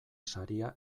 saria